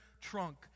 trunk